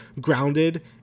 grounded